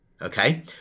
Okay